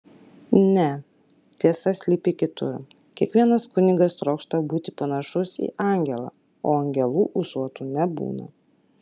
ne tiesa slypi kitur kiekvienas kunigas trokšta būti panašus į angelą o angelų ūsuotų nebūna